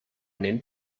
nennt